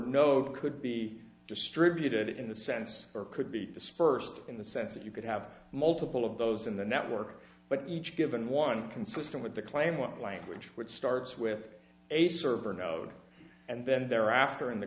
no could be distributed in the sense or could be dispersed in the sense that you could have multiple of those in the network but each given one consistent with the claim of language which starts with a server mode and then thereafter in the